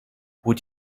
would